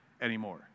anymore